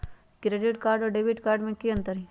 Credit card और debit card में की अंतर हई?